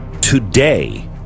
today